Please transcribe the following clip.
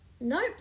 Nope